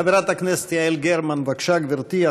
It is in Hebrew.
חברת הכנסת יעל גרמן, בבקשה, גברתי.